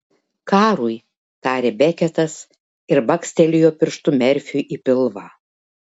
karui tarė beketas ir bakstelėjo pirštu merfiui į pilvą